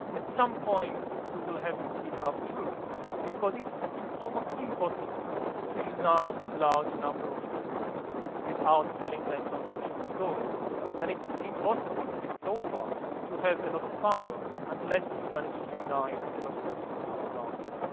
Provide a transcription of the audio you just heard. at some point, you will have to give up truth because it's it's almost impossible to unite large number of people without telling them some fictional story and it's impossible, at least so far, to have a lot of power unless you manage to unite a lot of people around you.